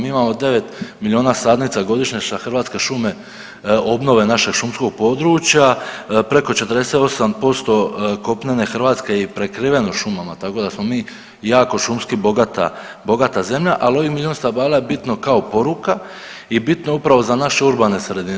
Mi imamo 9 miliona sadnica godišnje šta Hrvatske šume obnove naše šumskog područja, preko 48% kopnene Hrvatske je prekriveno šumama tako da smo mi jako šumski bogata, bogata zemlja, ali ovih milion stabala je bitno kao poruka i bitno je upravo za naše urbane sredine.